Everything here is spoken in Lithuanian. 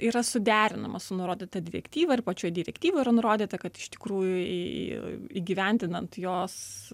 yra suderinamas su nurodyta direktyva ir pačioj direktyvoj yra nurodyta kad iš tikrųjų į įgyvendinant jos